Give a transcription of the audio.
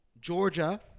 Georgia